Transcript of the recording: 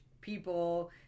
people